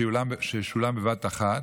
שישולם בבת אחת.